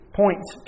points